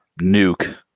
nuke